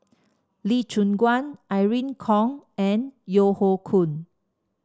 Lee Choon Guan Irene Khong and Yeo Hoe Koon